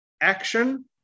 action